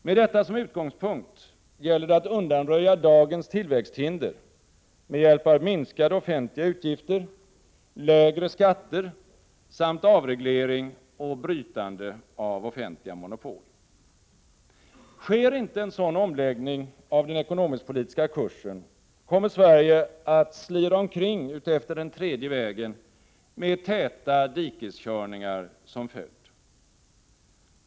Med detta som utgångspunkt gäller det att undanröja dagens tillväxthinder med hjälp av minskade offentliga utgifter, lägre skatter samt avreglering och brytande av offentliga monopol. Sker inte en sådan omläggning av den ekonomisk-politiska kursen, kommer Sverige att slira omkring utefter den tredje vägen med täta dikeskörningar som följd.